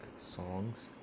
songs